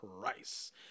Price